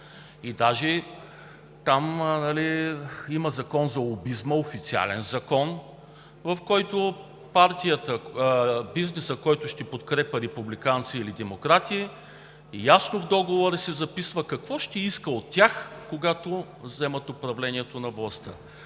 И даже там има Закон за лобизма, официален закон, в който бизнесът, който ще подкрепя републиканци или демократи, ясно в договора си записва какво ще иска от тях, когато вземат управлението на властта.